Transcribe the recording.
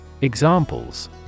Examples